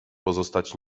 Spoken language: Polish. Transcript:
pozostać